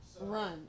Run